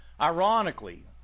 Ironically